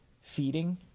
feeding